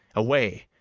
away,